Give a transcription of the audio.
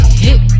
hit